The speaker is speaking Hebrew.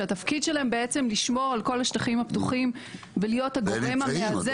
שהתפקיד שלהם לשמור על כל השטחים הפתוחים ולהיות הגורם המאזן.